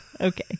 Okay